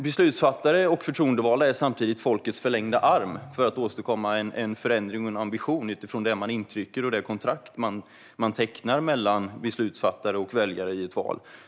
Beslutsfattare och förtroendevalda är samtidigt folkets förlängda arm för att åstadkomma en förändring och en ambition utifrån det kontrakt som tecknas mellan beslutsfattare och väljare i ett val.